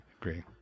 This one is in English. Agree